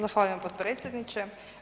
Zahvaljujem potpredsjedniče.